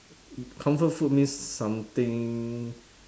comfort food means something